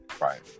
Right